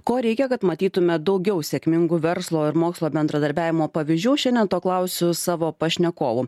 ko reikia kad matytume daugiau sėkmingų verslo ir mokslo bendradarbiavimo pavyzdžių šiandien to klausiu savo pašnekovų